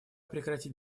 прекратить